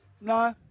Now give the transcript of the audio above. No